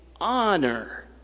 honor